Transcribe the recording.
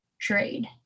trade